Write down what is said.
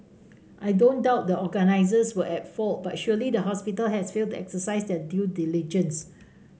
I don't doubt the organizers were at fault but surely the hospital has failed to exercise their due diligence